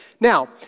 Now